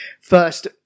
first